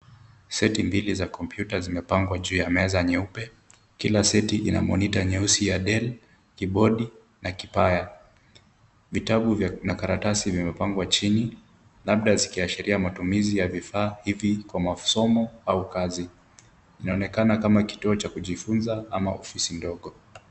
Seti mbili za kompyuta zimepangwa juu ya meza nyeupe. Kila seti ina monitor nyeusi ya Dell, kibodi na kipanya. Vitabu na karatasi vimepangwa chini labda vikiashiria matumizi ya vifaa kwa masomo au kazi. Inaonekana kama kituo cha kujifunza ama ofisi ndogo.